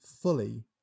fully